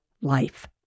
life